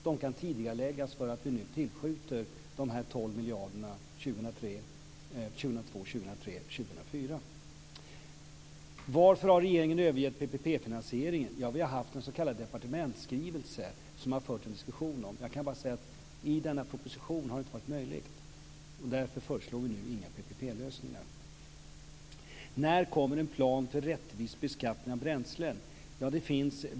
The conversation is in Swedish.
De kan tidigareläggas därför att vi nu tillskjuter de 12 miljarderna Vi har haft en s.k. departementsskrivelse, som det har förts en diskussion om. Jag kan bara säga att det i denna proposition inte har varit möjligt, och därför föreslår vi nu inte några PPP-lösningar. När kommer en plan för rättvis beskattning av bränslen?